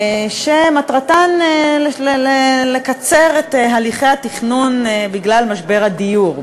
שמטרתן לקצר את הליכי התכנון בגלל משבר הדיור,